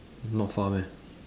not far meh